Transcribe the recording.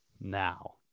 Now